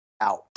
out